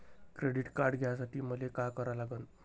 Credit card घ्यासाठी मले का करा लागन?